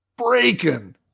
breaking